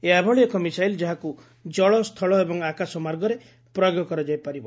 ଏହା ଏଭଳି ଏକ ମିଶାଇଲ୍ ଯାହାକୁ ଜଳ ସ୍ଥଳ ଏବଂ ଆକାଶ ମାର୍ଗରେ ପ୍ରୟୋଗ କରାଯାଇପାରିବ